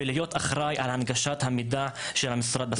שיהיה אחראי על הנגשת המידע של המשרד בשפה הערבית.